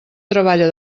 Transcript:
treballa